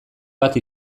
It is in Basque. bat